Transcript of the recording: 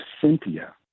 Cynthia